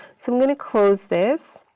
so i'm going to close this.